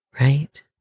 Right